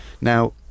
Now